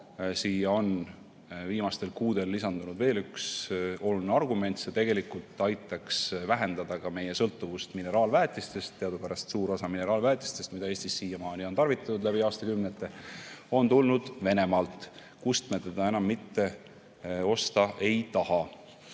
Siia on viimastel kuudel lisandunud veel üks oluline argument: see aitaks vähendada ka meie sõltuvust mineraalväetistest. Teadupärast on suur osa mineraalväetistest, mida Eestis siiamaani on läbi aastakümnete tarvitatud, tulnud Venemaalt, kust me neid enam mitte osta ei taha.